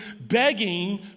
begging